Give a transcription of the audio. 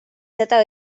seda